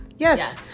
Yes